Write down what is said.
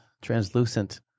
translucent